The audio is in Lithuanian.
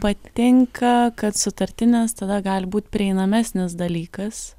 patinka kad sutartinės tada gali būt prieinamesnis dalykas